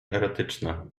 erotyczne